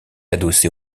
adossé